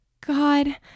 God